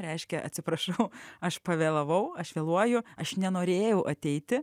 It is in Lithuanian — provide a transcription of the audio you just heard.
reiškia atsiprašau aš pavėlavau aš vėluoju aš nenorėjau ateiti